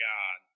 God